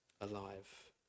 alive